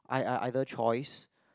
ei~ ei~ either choice